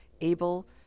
able